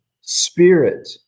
spirit